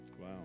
Wow